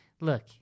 Look